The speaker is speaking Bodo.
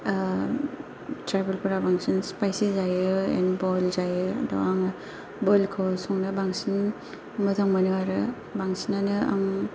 ट्राइबेलफोरा बांसिन स्पाइसि जायो एन्ड बइल जायो आं बइलखौ संनो बांसिन मोजां मोनो आरो बांसिनानो